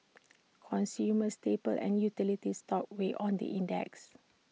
consumer staple and utility stocks weighed on the index